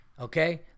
Okay